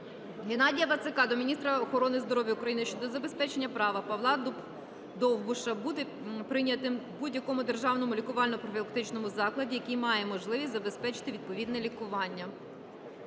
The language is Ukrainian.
Геннадія Вацака до Міністерства охорони здоров'я України щодо забезпечення права Павла Довбуша бути прийнятим в будь-якому державному лікувально-профілактичному закладі, який має можливість забезпечити відповідне лікування.